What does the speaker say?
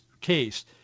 case